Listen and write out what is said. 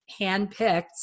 handpicked